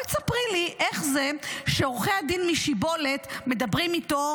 בואי ספרי לי איך זה שעורכי הדין משיבולת מדברים איתו,